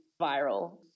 viral